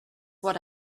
what